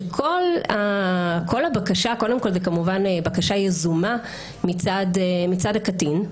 שכל הבקשה קודם כול זו בקשה יזומה מצד הקטין ,